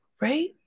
right